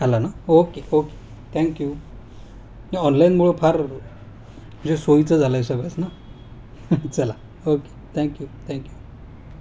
आला ना okay okay thank you या ऑनलाईनमुळं फार म्हणजे सोयीचं झालं आहे सगळंच ना चला ओके थँक्यू थँक्यू